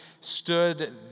stood